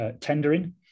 tendering